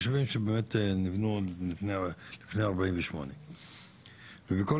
ישובים שבאמת נבנו לפני 1948. בכל